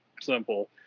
simple